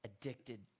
addicted